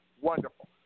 Wonderful